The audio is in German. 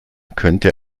könnte